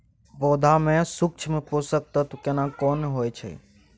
पौधा में सूक्ष्म पोषक तत्व केना कोन होय छै?